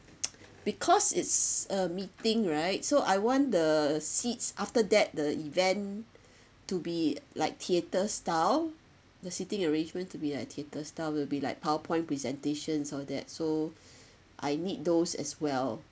because it's a meeting right so I want the seats after that the event to be like theater style the seating arrangement to be like a theater style will be like powerpoint presentations all that so I need those as well